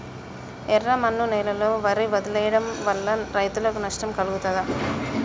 ఎర్రమన్ను నేలలో వరి వదిలివేయడం వల్ల రైతులకు నష్టం కలుగుతదా?